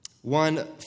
one